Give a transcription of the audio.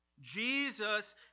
Jesus